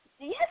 Yes